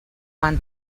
quan